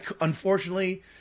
unfortunately